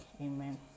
amen